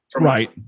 right